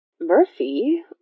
Murphy